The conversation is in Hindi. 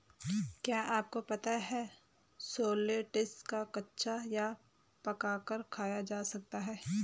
क्या आपको पता है शलोट्स को कच्चा या पकाकर खाया जा सकता है?